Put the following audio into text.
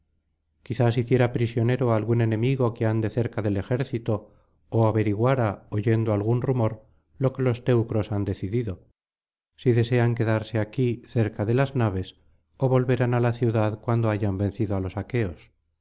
hiciera prisionero á algún enemigo que ande cerca del ejército ó averiguara oyendo algún rumor lo que los teucros han decidido si desean quedarse aquí cerca de las naves ó volverán á la ciudad cuando hayan vencido á los aqueos